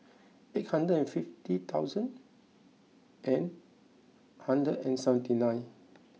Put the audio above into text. eight hundred and fifty thousand and hundred and seventy nine